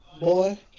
boy